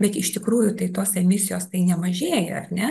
bet iš tikrųjų tai tos emisijos tai nemažėja ar ne